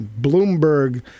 Bloomberg